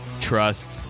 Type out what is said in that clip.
trust